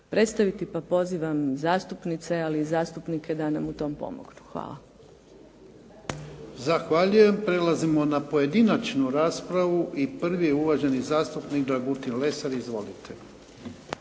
predstaviti. Pa pozivam zastupnice, ali i zastupnike da nam u tom pomognu. Hvala. **Jarnjak, Ivan (HDZ)** Zahvaljujem. Prelazimo na pojedinačnu raspravu. I prvi je uvaženi zastupnik Dragutin Lesar. Izvolite.